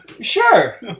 Sure